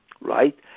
right